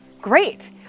Great